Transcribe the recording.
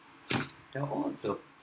they are all the